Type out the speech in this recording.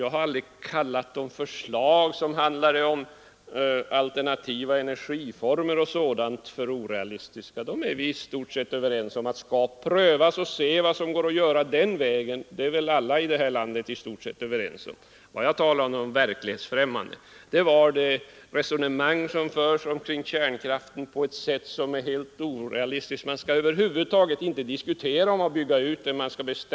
Jag har aldrig kallat förslag om alternativa energiformer och sådant för orealistiska. Vi är överens om att de skall prövas så att vi får se vad som går att göra den vägen. Det är väl alla i det här landet i stort sett överens om. Vad jag talade om som verklighetsfrämmande var det resonemang som förs kring kärnkraften på ett sätt som är helt orealistiskt. Man vill över huvud taget inte diskutera att bygga ut kärnkraftverk.